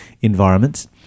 environments